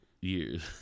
Years